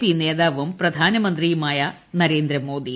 P നേതാവും പ്രധാനമന്ത്രിയുമായ നരേന്ദ്രമോദി